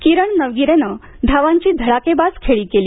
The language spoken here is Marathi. किरण नवगिरेनं धावांची धडाकेबाज खेळी केली